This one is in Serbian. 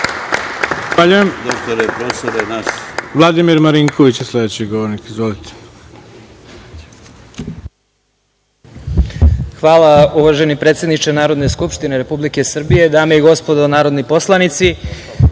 Hvala. Uvaženi predsedniče Narodne skupštine Republike Srbije, dame i gospodo narodni poslanici,